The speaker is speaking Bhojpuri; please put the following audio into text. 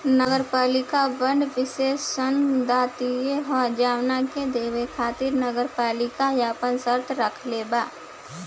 नगरपालिका बांड विशेष ऋण दायित्व ह जवना के देवे खातिर नगरपालिका आपन शर्त राखले बा